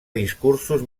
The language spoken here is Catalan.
discursos